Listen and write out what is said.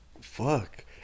fuck